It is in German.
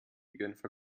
genfer